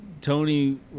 tony